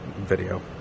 Video